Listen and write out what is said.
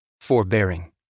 forbearing